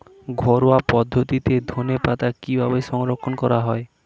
ঘরোয়া পদ্ধতিতে ধনেপাতা কিভাবে সংরক্ষণ করা হয়?